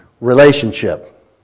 relationship